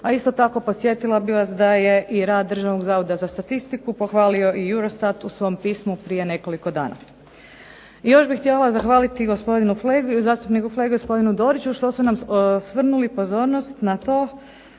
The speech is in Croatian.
A isto tako podsjetila bih vas da je i rad Državnog zavoda za statistiku pohvalio i EUROSTAT u svom pismu prije nekoliko dana. I još bih htjela zahvaliti gospodinu Flegi, zastupniku Flegi i gospodinu Doriću što su nam svrnuli pozornost na to